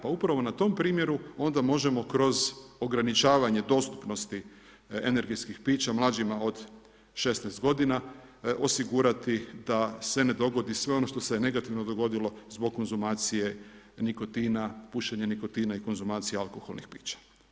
Pa upravo na tom primjeru onda možemo kroz ograničavanje dostupnosti energetskih pića mlađima od 16 godina osigurati da se ne dogodi sve ono što se negativno dogodilo zbog konzumacije nikotina, pušenje nikotina i konzumacije alkoholnih pića.